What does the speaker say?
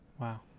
wow